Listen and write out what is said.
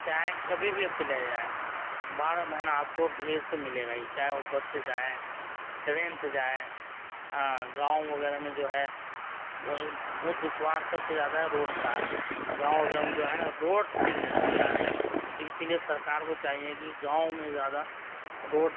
چاہے کبھی بھی آپ چلے جائیں بارہ مہینہ آپ کو بھیڑ تو ملے گا ہی چاہے وہ بس سے جائیں ٹرین سے جائیں ہاں گاؤں وغیرہ میں جو ہے وہ ایک بہت دشوار سب سے زیادہ ہے روڈ کا گاؤں وغیرہ میں جو ہے نا روڈ ٹھیک نہیں ہوتا ہے تو اسی لیے سرکار کو چاہیے کہ گاؤں میں زیادہ روڈ